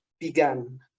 began